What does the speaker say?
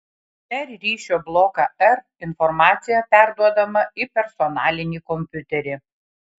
per ryšio bloką r informacija perduodama į personalinį kompiuterį